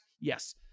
Yes